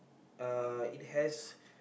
uh it has